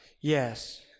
Yes